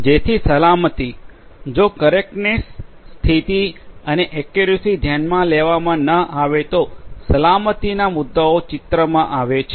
જેથી સલામતી જો કરેક્ટનેસ સ્થિતિ અને એક્યુરેસી ધ્યાનમાં લેવામાં ન આવે તો સલામતીના મુદ્દાઓ ચિત્રમાં આવે છે